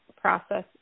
process